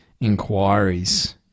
inquiries